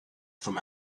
from